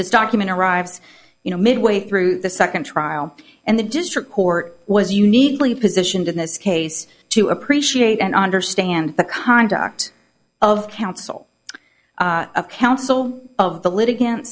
this document arrives you know midway through the second trial and the district court was uniquely positioned in this case to appreciate and understand the conduct of counsel counsel of the li